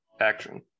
action